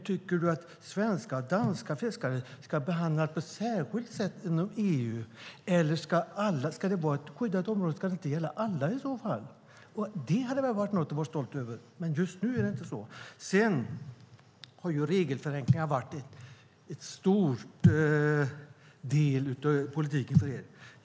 Tycker du att svenska och danska fiskare ska behandlas på ett särskilt sätt inom EU? Ska det vara ett skyddat område undrar jag om det inte ska gälla alla. Det hade väl varit något att vara stolt över. Men just nu är det inte så. Sedan har regelförenklingar varit en stor del av politiken för er.